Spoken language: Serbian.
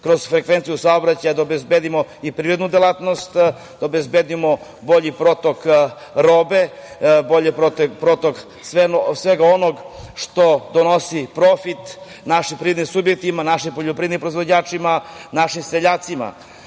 kroz frekvenciju saobraćaja da obezbedimo i privrednu delatnost, da obezbedimo bolji protok robe, bolji protok svega onoga što donosi profit našim privrednim subjektima, našim poljoprivrednim proizvođačima, našim seljacima. Osim